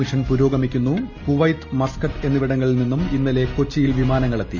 mission പുരോഗമിക്കൂന്നു Kuwait Muscat എന്നിവിടങ്ങളിൽ ന്ദിന്നും ഇന്നലെ കൊച്ചിയിൽ വിമാനങ്ങളെത്തി